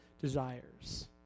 desires